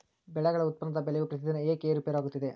ಬೆಳೆಗಳ ಉತ್ಪನ್ನದ ಬೆಲೆಯು ಪ್ರತಿದಿನ ಏಕೆ ಏರುಪೇರು ಆಗುತ್ತದೆ?